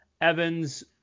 Evans